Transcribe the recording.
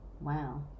wow